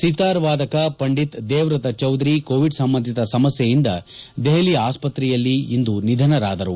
ಸಿತಾರ್ ವಾದಕ ಪಂಡಿತ್ ದೇವವ್ರತ ಚೌಧರಿ ಕೋವಿಡ್ ಸಂಬಂಧಿತ ಸಮಸ್ಥೆಯಿಂದ ದೆಹಲಿಯ ಆಸ್ಪತ್ರೆಯಲ್ಲಿ ಇಂದು ನಿಧನರಾದರು